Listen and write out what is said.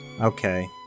Okay